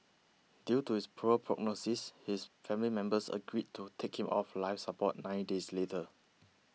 due to his poor prognosis his family members agreed to take him off life support nine days later